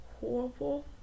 horrible